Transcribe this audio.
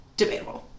debatable